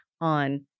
on